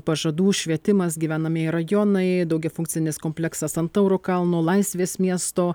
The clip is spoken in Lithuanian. pažadų švietimas gyvenamieji rajonai daugiafunkcinis kompleksas ant tauro kalno laisvės miesto